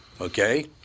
Okay